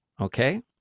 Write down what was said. okay